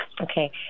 Okay